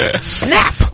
Snap